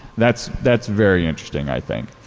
that's that's very interesting, i think.